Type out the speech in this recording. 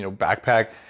you know backpack.